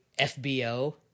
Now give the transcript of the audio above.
FBO